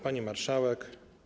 Pani Marszałek!